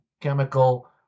chemical